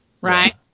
right